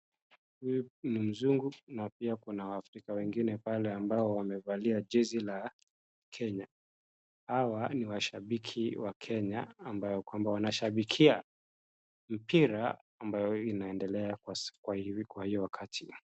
Huyu ni mzungu na pia kuna waafrika wengine pale ambao wamevali jezi la Kenya. Hawa ni washabiki wa Kenya ambao wanashabikia mpira ambayo inaendelea kwa hivi kwa hiyo wakati.